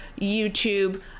youtube